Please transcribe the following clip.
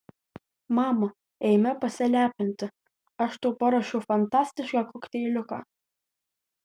mama eime pasilepinti aš tau paruošiau fantastišką kokteiliuką